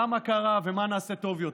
למה קרה ומה נעשה טוב יותר,